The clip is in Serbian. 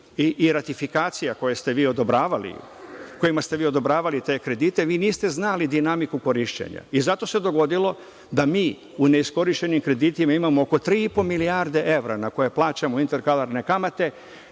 vi odobravali, kojima ste vi odobravali te kredite vi niste znali dinamiku korišćenja i zato se dogodilo da mi u neiskorišćenim kreditima imamo oko tri i po milijarde evra na koje plaćamo kamate,